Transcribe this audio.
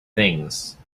things